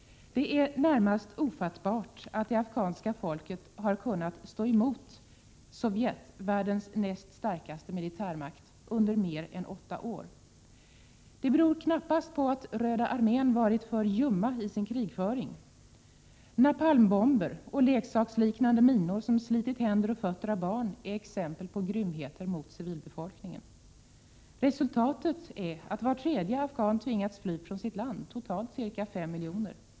Det är närmast ofattbart att det afghanska folket har kunnat stå emot Sovjet, världens näst starkaste militärmakt, under mer än åtta år. Det beror knappast på att Röda armén varit för ljum i sin krigföring. Napalmbomber och leksaksliknande minor, som slitit händer och fötter av barn, är exempel på grymheter mot civilbefolkningen. Resultatet är att var tredje afghan tvingats fly från sitt land, totalt ca 5 miljoner.